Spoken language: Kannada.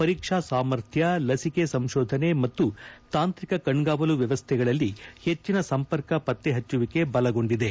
ಪರೀಕ್ಷಾ ಸಾಮರ್ಥ್ಯ ಲಸಿಕೆ ಸಂಶೋಧನೆ ಮತ್ತು ತಾಂತ್ರಿಕ ಕಣ್ಗಾವಲು ವ್ಯವಸ್ಥೆಗಳಲ್ಲಿ ಹೆಚ್ಚಿನ ಸಂಪರ್ಕ ಪತ್ತೆಹಚ್ಚುವಿಕೆ ಬಲಗೊಂಡಿದೆ